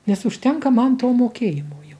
nes užtenka man to mokėjimo jau